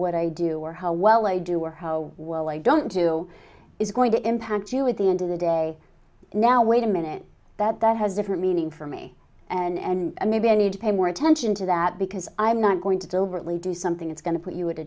what i do or how well i do or how well i don't do is going to impact you at the end of the day now way to in it that that has a different meaning for me and maybe i need to pay more attention to that because i'm not going to deliberately do something it's going to put you at a